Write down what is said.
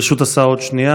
ברשות השר, עוד שנייה.